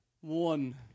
One